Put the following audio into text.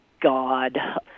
God